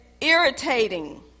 irritating